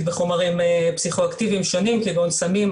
בחומרים פיסכו-אקטיביים שונים כגון סמים,